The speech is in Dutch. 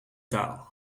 taal